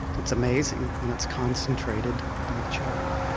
it's amazing and it's concentrated in the children.